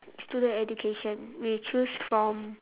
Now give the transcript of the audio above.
student education we choose from